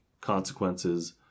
consequences